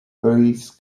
breeze